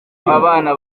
abana